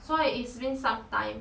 so it's been some time